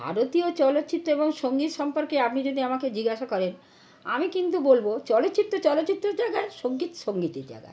ভারতীয় চলচ্চিত্র এবং সঙ্গীত সম্পর্কে আপনি যদি আমাকে জিজ্ঞাসা করেন আমি কিন্তু বলবো চলচ্চিত্র চলচ্চিত্রর জায়গায় আর সঙ্গীত সঙ্গীতের জায়গায়